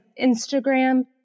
Instagram